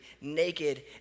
naked